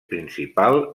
principal